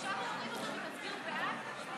אפשר להוריד אותו ותצביעו בעד?